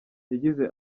yagize